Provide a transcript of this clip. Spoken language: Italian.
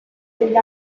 degli